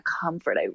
comfort